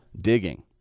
digging